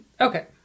Okay